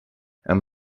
amb